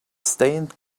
stained